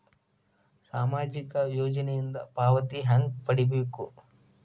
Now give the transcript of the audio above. ಸಾಮಾಜಿಕ ಯೋಜನಿಯಿಂದ ಪಾವತಿ ಹೆಂಗ್ ಪಡಿಬೇಕು?